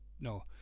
No